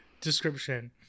description